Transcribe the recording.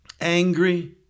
angry